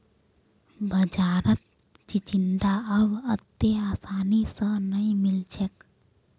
बाजारत चिचिण्डा अब अत्ते आसानी स नइ मिल छेक